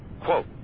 quote